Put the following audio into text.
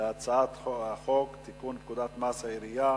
להצעת חוק לתיקון פקודת מסי העירייה